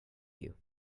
you